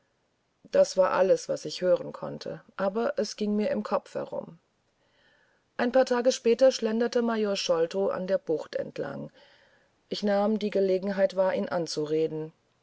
das war alles was ich hören konnte aber es hatte mich auf einen gedanken gebracht einige tage später schlenderte major sholto am strand entlang und ich nahm die gelegenheit wahr ihn anzusprechen